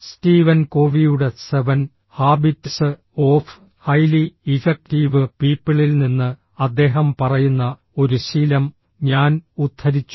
Steven കോവിയുടെ seven habits of highly effective പീപ്പിളിൽ നിന്ന് അദ്ദേഹം പറയുന്ന ഒരു ശീലം ഞാൻ ഉദ്ധരിച്ചു